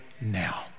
now